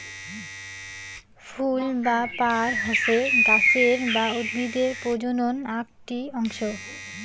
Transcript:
ফুল বা পার হসে গাছের বা উদ্ভিদের প্রজনন আকটি অংশ